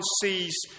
sees